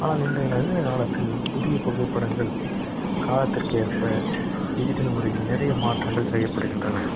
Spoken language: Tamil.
ஆனால் இன்றைய நவீன காலத்தில் புதியப் புகைப்படங்கள் காலத்திற்கேற்ப டிஜிட்டல் முறையில் நிறையா மாற்றங்கள் செய்யப்படுகின்றன